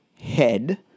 head